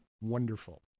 wonderful